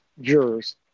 jurors